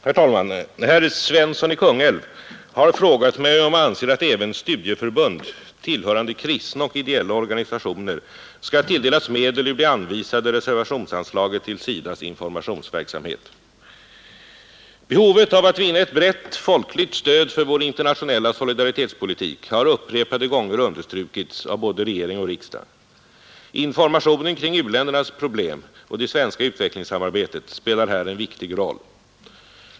Herr talman! Herr Svensson i Kungälv har frågat mig om jag anser att även studieförbund tillhörande kristna och ideella organisationer skall tilldelas medel ur det anvisade reservationsanslaget till SIDA :s informationsverksamhet. Behovet av att vinna ett brett folkligt stöd för vår internationella solidaritetspolitik har upprepade gånger understrukits av både regering och riksdag. Informationen kring u-ländernas problem och det svenska utvecklingssamarbetet spelar här en viktig roll.